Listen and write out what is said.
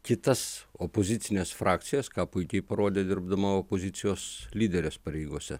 kitas opozicines frakcijas ką puikiai parodė dirbdama opozicijos lyderės pareigose